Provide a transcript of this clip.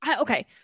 okay